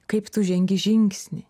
kaip tu žengi žingsnį